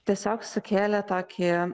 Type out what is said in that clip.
tiesiog sukėlė tokį